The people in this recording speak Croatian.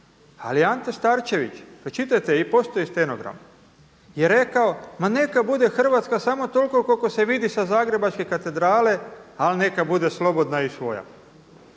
Ali Ante Starčević, pročitajte postoji stenogram, je rekao ma neka bude Hrvatska samo toliko koliko se vidi sa Zagrebačke katedrale ali neka bude slobodna i svoja.